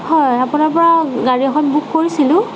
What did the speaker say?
হয় আপোনাৰ পৰা গাড়ী এখন বুক কৰিছিলোঁ